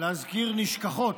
להזכיר נשכחות.